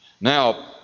Now